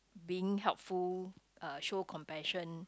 being helpful uh show compassion